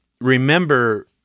remember